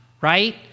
right